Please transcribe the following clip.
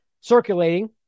Circulating